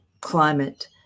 climate